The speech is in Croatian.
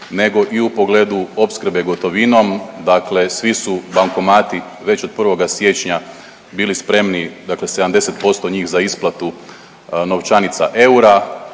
nego i u pogledu opskrbe gotovinom. Dakle, svi su bankomati već od 1. siječnja bili spremni, dakle 70% njih za isplatu novčanica eura.